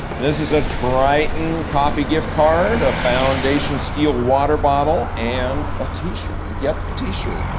this is a triton coffee gift card, a foundation steel water bottle, and a t-shirt. you get the t-shirt.